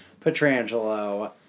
Petrangelo